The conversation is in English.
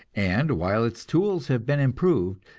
and while its tools have been improved,